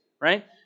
right